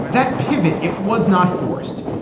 that pivot it was not forced.